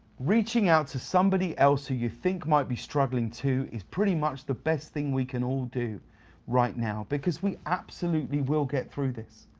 reaching out to somebody else who you think might be struggling too is pretty of the best thing we can all do right now. because we absolutely will get through this.